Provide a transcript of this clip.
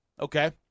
Okay